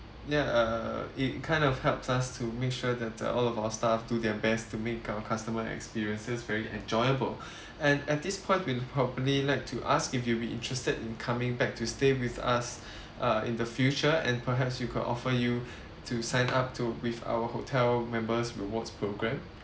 ya err it kind of helps us to make sure that uh all of our staff do their best to make our customer experiences very enjoyable and at this point we'll probably like to ask if you'll be interested in coming back to stay with us uh in the future and perhaps we could offer you to sign up to with our hotel members rewards programme